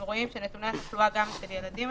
אנחנו רואים שנתוני התחלואה של ילדים הם